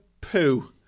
poo